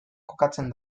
kokatzen